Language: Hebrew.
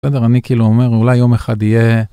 בסדר, אני כאילו אומר, אולי יום אחד יהיה...